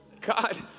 God